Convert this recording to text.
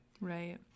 Right